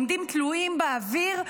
עומדים תלויים באוויר,